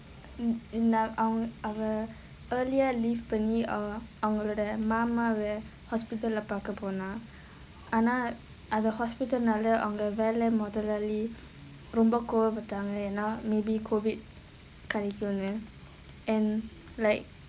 அவ:ava our our earlier leave பண்ணி அவங்களோட மாமாவ:panni avangaloda maamaava where hospital பாக்க போனா ஆனா அந்த:paakka ponaa aanaa antha hospital அவங்க வேலை முதலாளி ரொம்ப கோப பட்டாங்க ஏனா:avanga velai muthalaali romba koba pattaanga yaenaa now maybe COVID கிடைச்சிருமோன்னு:kidaichirumonnu and like